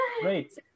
great